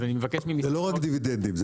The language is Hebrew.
זה לא רק דיבידנדים,